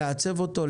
לעצב אותו,